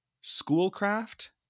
Schoolcraft